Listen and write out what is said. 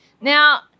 Now